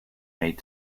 made